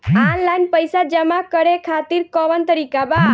Online पइसा जमा करे खातिर कवन तरीका बा?